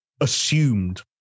assumed